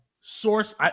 Source